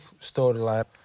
storyline